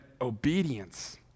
obedience